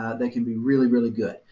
ah they can be really, really good.